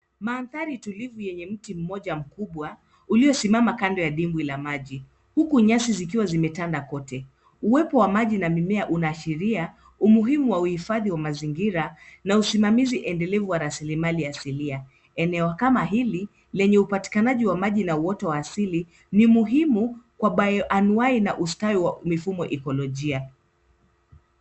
Mandhari utulivu yenye mti mmoja mkubwa ulio simama kando ya dimbwi la maji huku nyasi zikiwa zimetanda kote. Uwepo wa maji na mimea unaashiria umuhimu wa uhifadhi wa mazingira na usimamizi endelevu wa raslimali asili eneo kama hili lenye upatikanaji wa maji na mto asili ni muhimu kwa bioanuwai na ustawi wa mfumo wa ekolojia